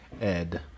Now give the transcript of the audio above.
Ed